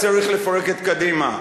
לפרק את קדימה.